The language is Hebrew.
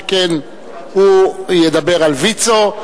שכן הוא ידבר על ויצו,